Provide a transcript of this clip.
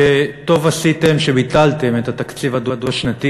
אני חושב שטוב עשיתם שביטלתם את התקציב הדו-שנתי.